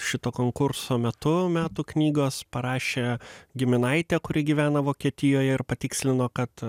šito konkurso metu metų knygos parašė giminaitė kuri gyvena vokietijoje ir patikslino kad